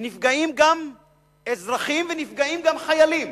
ונפגעים גם אזרחים ונפגעים גם חיילים.